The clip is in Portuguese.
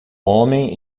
homem